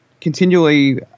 continually